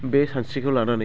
बे सानस्रिखौ लानानै